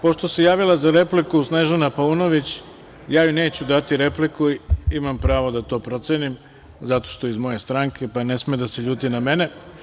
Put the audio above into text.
Pošto se javila za repliku Snežana Paunović, ja joj neću dati repliku, imam pravo da to procenim, zato što je iz moje stranke pa ne sme da se ljuti na mene.